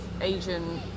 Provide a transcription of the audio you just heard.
Asian